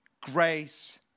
grace